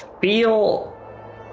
feel